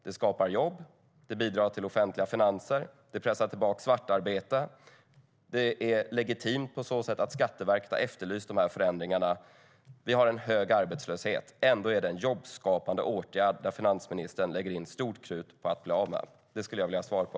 RUT skapar jobb, bidrar till offentliga finanser, pressar tillbaka svartarbete och är legitimt på så sätt att Skatteverket har efterlyst förändringarna. Det råder hög arbetslöshet. Ändå är detta en jobbskapande åtgärd som finansministern lägger stort krut på att göra sig av med. Det skulle jag vilja ha svar på.